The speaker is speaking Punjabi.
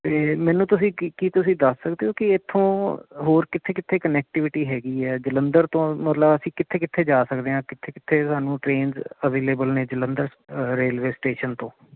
ਅਤੇ ਮੈਨੂੰ ਤੁਸੀਂ ਕੀ ਕੀ ਤੁਸੀਂ ਦੱਸ ਸਕਦੇ ਹੋ ਕਿ ਇੱਥੋਂ ਹੋਰ ਕਿੱਥੇ ਕਿੱਥੇ ਕਨੈਕਟੀਵਿਟੀ ਹੈਗੀ ਹੈ ਜਲੰਧਰ ਤੋਂ ਮਤਲਬ ਅਸੀਂ ਕਿੱਥੇ ਕਿੱਥੇ ਜਾ ਸਕਦੇ ਹਾਂ ਕਿੱਥੇ ਕਿੱਥੇ ਸਾਨੂੰ ਟ੍ਰੇਨਸ ਅਵੇਲੇਵਲ ਨੇ ਜਲੰਧਰ ਰੇਲਵੇ ਸਟੇਸ਼ਨ ਤੋਂ